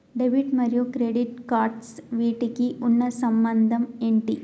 Debit మరియు credit cards వీటికి ఉన్న సంబంధం ఏంటి?